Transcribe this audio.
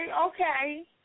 okay